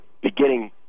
beginning